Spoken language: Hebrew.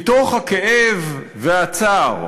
מתוך הכאב והצער